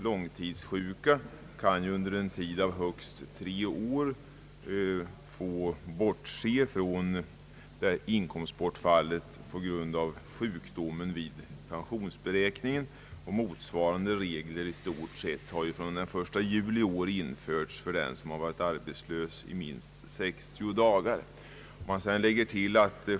Långtids sjuka kan nämligen under en tid av högst tre år få bortse från inkomstbortfall på grund av sjukdom vid pensionsberäkningen, och motsvarande regler har i stort sett införts fr.o.m. den 1 juli i år för den som varit arbetslös i minst 60 dagar.